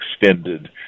extended